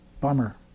Bummer